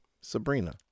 Sabrina